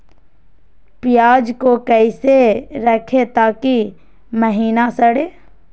प्याज को कैसे रखे ताकि महिना सड़े?